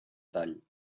tall